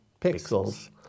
Pixels